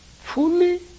fully